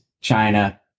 China